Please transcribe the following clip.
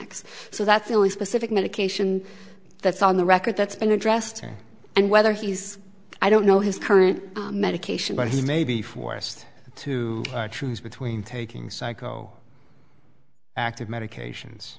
xanax so that's the only specific medication that's on the record that's been addressed and whether he's i don't know his current medication but he may be forced to choose between taking psycho active medications